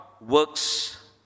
works